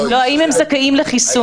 האם הם זכאים לחיסון?